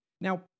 Now